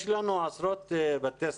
יש לנו עשרות בתי-ספר,